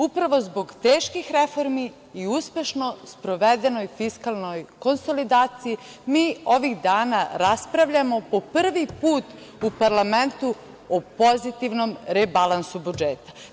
Upravo zbog teških reformi i uspešno sprovedenoj fiskalnoj konsolidaciji mi ovih dana raspravljamo po prvi put u parlamentu o pozitivnom rebalansu budžeta.